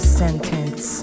sentence